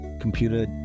computer